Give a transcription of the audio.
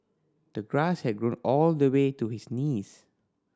the grass had grown all the way to his knees